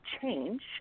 change